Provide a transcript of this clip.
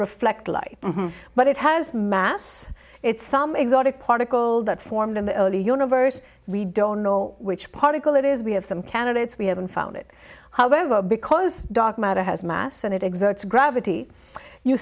reflect light but it has mass it's some exotic particle that formed in the early universe we don't know which particle it is we have some candidates we haven't found it however because dark matter has mass and it exerts gravity you